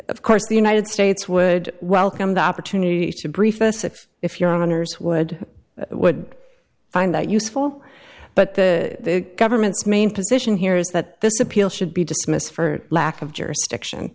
of course the united states would welcome the opportunity to brief us if if your honour's would would find that useful but the government's main position here is that this appeal should be dismissed for lack of jurisdiction